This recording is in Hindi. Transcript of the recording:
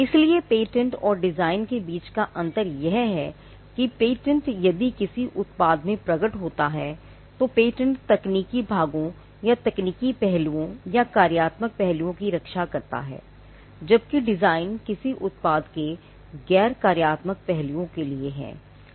इसलिए पेटेंट और डिज़ाइन के बीच का अंतर यह है कि पेटेंट यदि किसी उत्पाद में प्रकट होता है तो पेटेंट तकनीकी भागों या तकनीकी पहलुओं या कार्यात्मक पहलुओं की रक्षा करता है जबकि डिज़ाइन किसी उत्पाद के गैर कार्यात्मक पहलुओं के लिए है